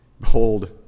Behold